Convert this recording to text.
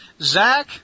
Zach